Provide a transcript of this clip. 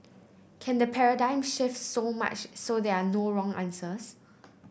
can the paradigm shift so much so there are no wrong answers